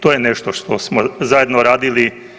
To je nešto što smo zajedno radili.